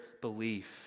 belief